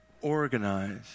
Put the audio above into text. organize